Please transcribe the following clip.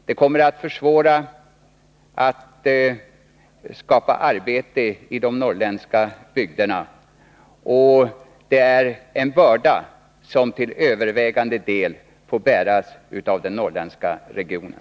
Det kommer att försvåra möjligheterna att skapa arbete i de norrländska bygderna och kommer att utgöra en börda som till övervägande del får bäras av den norrländska regionen.